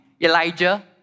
Elijah